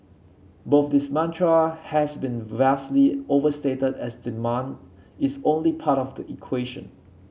both this mantra has been vastly overstated as demand is only part of the equation